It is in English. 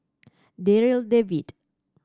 Darryl David